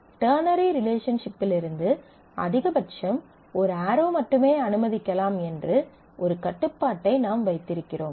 ternary ரிலேஷன்ஷிப்பிலிருந்து அதிகபட்சம் ஒரு ஆரோ மட்டுமே அனுமதிக்கலாம் என்று ஒரு கட்டுப்பாட்டை நாம் வைத்திருக்கிறோம்